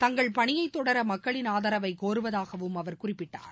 தங்கள் பணியை தொடர மக்களின் ஆதரவை கோருவதாகவும் அவர் குறிப்பிட்டார்